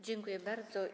Dziękuję bardzo.